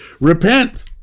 Repent